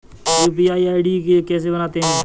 UPI ID कैसे बनाते हैं?